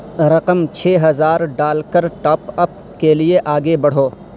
رقم چھ ہزار ڈال کر ٹاپ اپ کے لیے آگے بڑھو